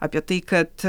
apie tai kad